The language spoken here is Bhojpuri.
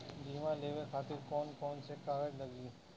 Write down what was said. बीमा लेवे खातिर कौन कौन से कागज लगी?